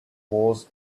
was